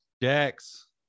Dex